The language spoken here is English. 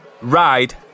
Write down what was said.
ride